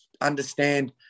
understand